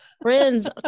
friends